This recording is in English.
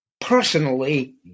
personally